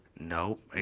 Nope